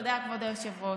תודה, כבוד היושב-ראש.